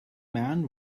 man